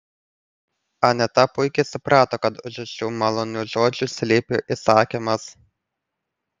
aneta puikiai suprato kad už šių malonių žodžių slypi įsakymas